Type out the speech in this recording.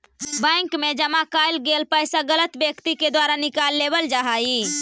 bank मैं जमा कैल गेल पइसा के गलत व्यक्ति के द्वारा निकाल लेवल जा हइ